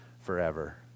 forever